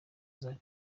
zari